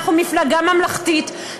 אנחנו מפלגה ממלכתית.